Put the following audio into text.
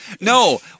No